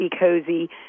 cozy